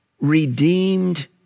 redeemed